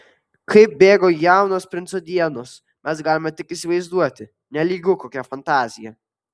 kaip bėgo jaunos princo dienos mes galime tik įsivaizduoti nelygu kokia fantazija